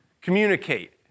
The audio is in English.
Communicate